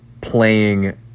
playing